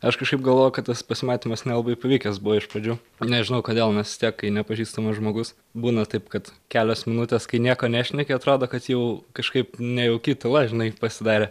aš kažkaip galvojau kad tas pasimatymas nelabai pavykęs buvo iš pradžių nežinau kodėl nes vis tiek kai nepažįstamas žmogus būna taip kad kelios minutės kai nieko nešneki atrodo kad jau kažkaip nejauki tyla žinai pasidarė